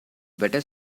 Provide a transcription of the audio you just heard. better